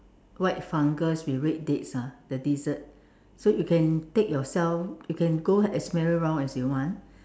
white fungus with red dates ah the dessert you can take yourself you can go as many round as you want